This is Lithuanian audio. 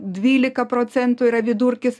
dvylika procentų yra vidurkis